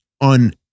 on